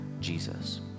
Jesus